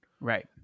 Right